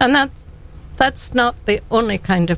and that that's not the only kind of